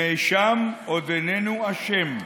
נאשם עוד איננו אשם.